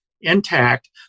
intact